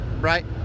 right